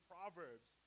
Proverbs